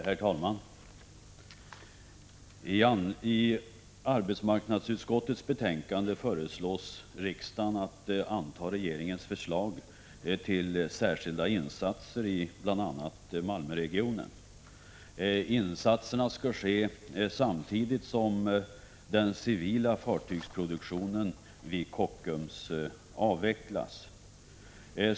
Herr talman! I arbetsmarknadsutskottets betänkande 18 föreslås att riksdagen antar regeringens förslag om särskilda insatser i Malmöregionen. Insatserna skall ske samtidigt som den civila fartygsproduktionen vid Kockums avvecklas.